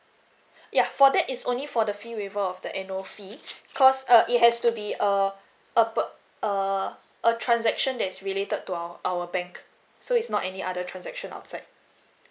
yeah for that is only for the fee waiver of the annual fee cause uh it has to be uh a perk err a transaction that is related to our our bank so is not any other transaction outside